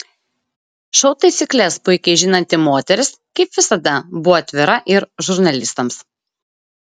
šou taisykles puikiai žinanti moteris kaip visada buvo atvira ir žurnalistams